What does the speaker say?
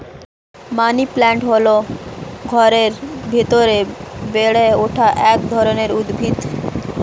money plant হল ঘরের ভেতরে বেড়ে ওঠা এক ধরনের উদ্ভিদ